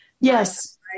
yes